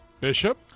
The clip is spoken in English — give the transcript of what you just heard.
Bishop